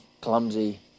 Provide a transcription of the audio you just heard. clumsy